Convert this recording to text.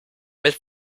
mit